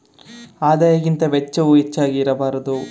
ಆದಾಯಕ್ಕಿಂತ ವೆಚ್ಚವು ಹೆಚ್ಚಾಗಿ ಇರಬಾರದು